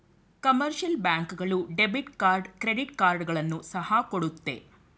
commercial bank ಗಳು debit card credit ಕಾರ್ಡ್ಗಳನ್ನು ಸಹ ಕೊಡುತ್ತೆ